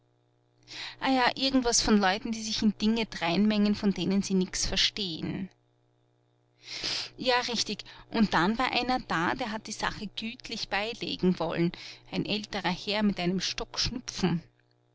etwas von leuten die sich in dinge dreinmengen von denen sie nichts versteh'n ja richtig und dann war einer da der hat die sache gütlich beilegen wollen ein älterer herr mit einem